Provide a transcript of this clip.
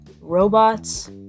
Robots